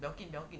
belkin belkin